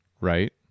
right